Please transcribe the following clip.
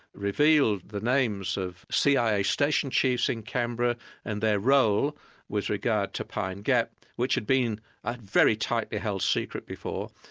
revealed the names of cia station chiefs in canberra and their role with regard to pine gap, which had been a very tightly-held secret before,